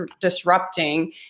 disrupting